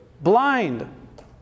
blind